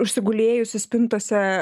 užsigulėjusius spintose